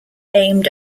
aimed